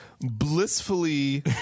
blissfully